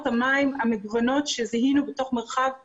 המים המגוונות שזיהינו בתוך מרחב התכנון.